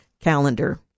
calendar